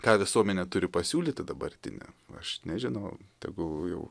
ką visuomenė turi pasiūlyti dabartinė aš nežinau tegul jau